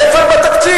איפה הם בתקציב?